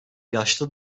yaşlı